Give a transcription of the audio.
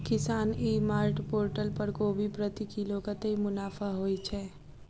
किसान e mart portal पर कोबी प्रति किलो कतै मुनाफा होइ छै?